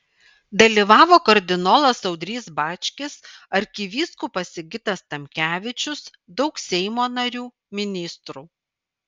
dalyvavo kardinolas audrys bačkis arkivyskupas sigitas tamkevičius daug seimo narių ministrų